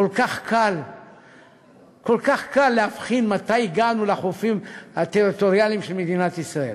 כל כך קל להבחין מתי הגענו לחופים הטריטוריאליים של מדינת ישראל.